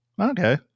okay